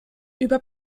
über